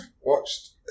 watched